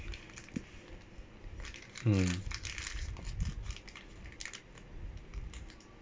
mm